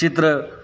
चित्र